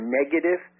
negative